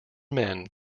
men